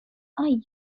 are